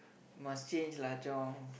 must change lah Chong